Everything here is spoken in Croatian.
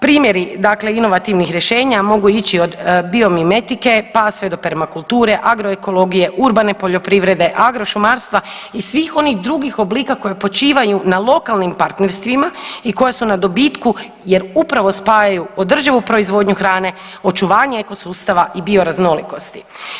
Primjeri inovativnih rješenja mogu ići od biomimetike pa sve do permakulture, agroekologije, urbane poljoprivrede, agrošumarstva i svih onih drugih oblika koje počivaju na lokalnim partnerstvima i koja su na dobitku jer upravo spajaju održivu proizvodnju hrane, očuvanje ekosustava i bioraznolikosti.